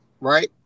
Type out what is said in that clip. right